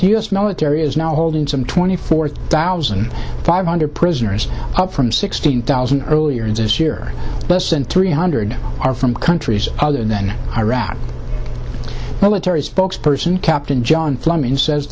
u s military is now holding some twenty four thousand five hundred prisoners up from sixteen thousand earlier this year and three hundred are from countries other than iraq military spokesperson captain john fleming says